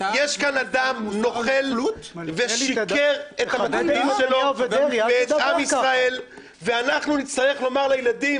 יש כאן אדם נוכל ששיקר למצביעים שלו ולעם ישראל ואנחנו נצטרך לומר לילדים: